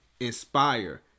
inspire